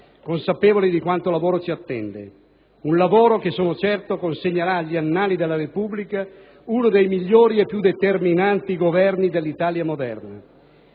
consapevoli di quanto lavoro ci attende, un lavoro che, sono certo, consegnerà agli annali della Repubblica uno dei migliori e più determinanti Governi dell'Italia moderna.